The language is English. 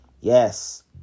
Yes